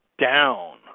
down